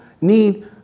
need